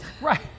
right